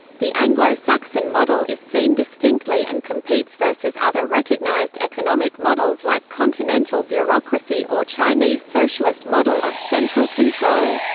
the anglo-saxon model is seen distinctly and competes versus other recognized economic models like continental bureaucracy or chinese socialist model of central control.